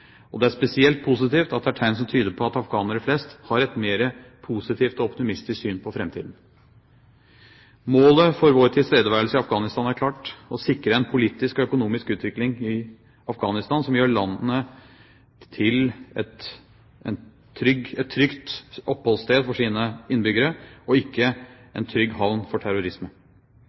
Og det er spesielt positivt at det er tegn som tyder på at afghanere flest har et mer positivt og optimistisk syn på framtiden. Målet for vår tilstedeværelse i Afghanistan er klart: å sikre en politisk og økonomisk utvikling i Afghanistan som gjør landet til et trygt oppholdssted for sine innbyggere og ikke en trygg havn for terrorisme.